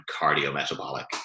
cardiometabolic